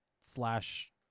slash